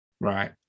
Right